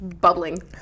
bubbling